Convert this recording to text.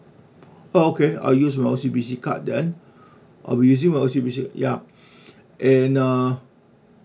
oh okay I'll use the O_C_B_C card then I'll be using my O_C_B_C card ya and uh